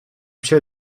sure